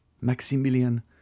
Maximilian